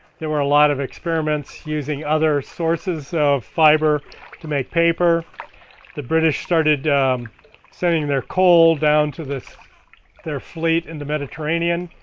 there were a lot of experiments using other sources of fiber to make paper the british started sending their coal down to their fleet in the mediterranean.